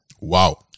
Wow